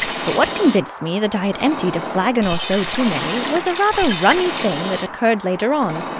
but what convinced me that i had emptied a flagon or so too many was a rather rummy thing that occurred later on.